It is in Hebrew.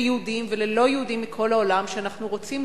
ליהודים וללא יהודים מכל העולם שאנחנו רוצים